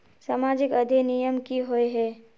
सामाजिक अधिनियम की होय है?